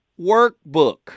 workbook